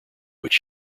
which